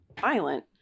violent